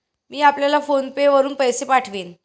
मी आपल्याला PhonePe वरुन पैसे पाठवीन